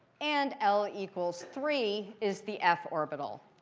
and l equals three is the f orbital.